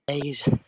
days